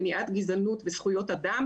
מניעת גזענות וזכויות אדם,